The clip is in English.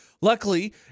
Luckily